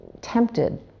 tempted